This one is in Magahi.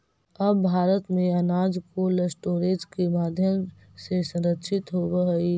अब भारत में अनाज कोल्डस्टोरेज के माध्यम से संरक्षित होवऽ हइ